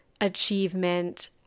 achievement